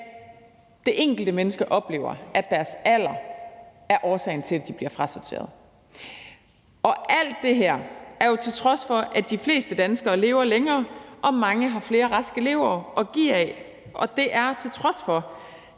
men også fra resten af verden – at deres alder af årsagen til, at de bliver frasorteret. Alt det her til trods for at de fleste danskere lever længere og mange har flere raske leveår at give af, og til trods for